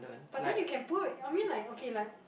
but then you can put I mean like okay like